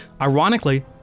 Ironically